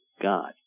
God